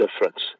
difference